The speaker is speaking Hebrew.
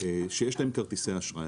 שיש להם כרטיסי אשראי,